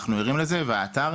אנחנו ערים לזה והאתר,